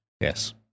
Yes